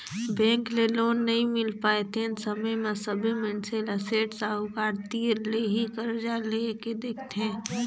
bank ले loan नइ मिल पाय तेन समे म सबे मइनसे ल सेठ साहूकार तीर ले ही करजा लेए के दिखथे